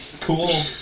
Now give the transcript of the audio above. Cool